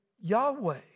Yahweh